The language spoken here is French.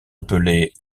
appelée